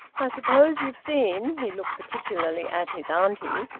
i suppose you've seen, he looked particularly at his auntie,